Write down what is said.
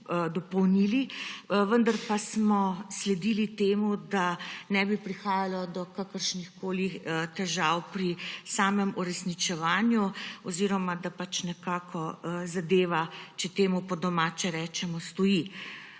dopolnili, vendar pa smo sledili temu, da ne bi prihajalo do kakršnihkoli težav pri samem uresničevanju oziroma da pač nekako zadeva, če temu po domače rečemo, stoji.